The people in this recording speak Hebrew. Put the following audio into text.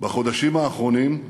בחודשים האחרונים,